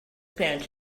parents